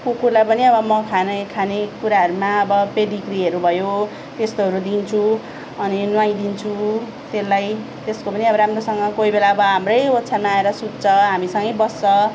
कुकुरलाई पनि अब म खाने खानेकुराहरूमा अब पेडिग्रीहरू भयो त्यस्तोहरू दिन्छु अनि नुहाइदिन्छु त्यसलाई त्यसको पनि अब राम्रोसँग कोही बेला अब हाम्रै ओछ्यानमा आएर सुत्छ हामीसँगै बस्छ